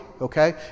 okay